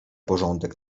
porządek